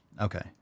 Okay